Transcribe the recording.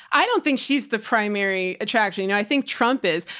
i don't think she's the primary attraction. you know, i think trump is,